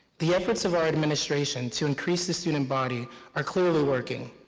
the efforts of our administration to increase the student body are clearly working,